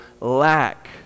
lack